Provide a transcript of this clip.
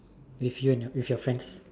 with you and your with your friends